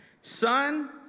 Son